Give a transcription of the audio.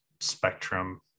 spectrum